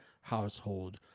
household